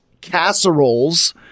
casseroles